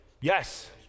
Yes